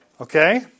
Okay